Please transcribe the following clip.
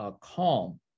calm